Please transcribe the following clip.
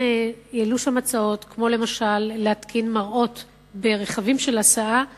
העלו שם הצעות כמו למשל להתקין מראות ברכבים של הסעה לילדים,